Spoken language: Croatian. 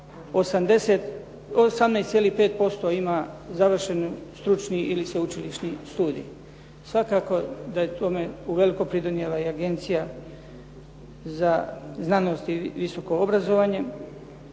18.5% ima završeni stručni ili sveučilišni studij. Svakako da je to me uveliko pridonijela i agencija za znanost i visoko obrazovanje.